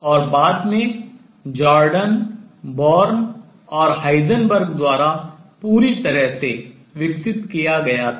और बाद में जॉर्डन बोर्न और हाइजेनबर्ग द्वारा पूरी तरह से विकसित किया गया था